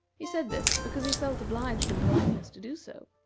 he said this because he felt obliged in politeness to do so,